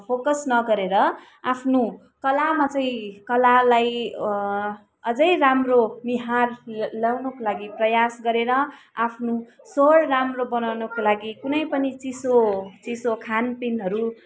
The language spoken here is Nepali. फोकस नगरेर आफ्नो कलामा चाहिँ कलालाई अझै राम्रो निहार ल्याउनुको लागि प्रयास गरेर आफ्नो स्वर राम्रो बनाउनुको लागि कुनै पनि चिसो चिसो खानपिनहरू